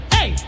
Hey